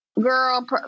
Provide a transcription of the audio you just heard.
girl